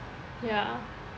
ya